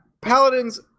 Paladins